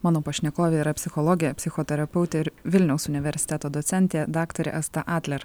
mano pašnekovė yra psichologė psichoterapeutė ir vilniaus universiteto docentė daktarė asta adler